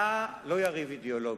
אתה לא יריב אידיאולוגי,